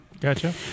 Gotcha